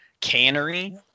cannery